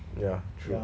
ya true